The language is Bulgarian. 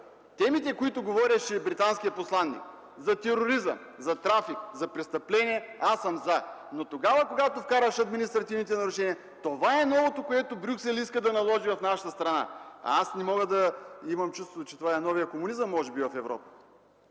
темите, по които говореше британският посланик – за тероризъм, за трафик, за престъпления, аз съм „за”! Но тогава, когато вкараш административните нарушения, това е новото, което Брюксел иска да наложи в нашата страна, а аз имам чувството, че това е може би новият комунизъм в Европа!?